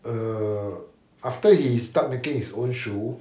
err after he start making his own shoe